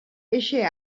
eixe